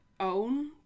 own